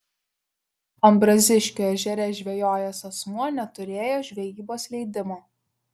ambraziškių ežere žvejojęs asmuo neturėjo žvejybos leidimo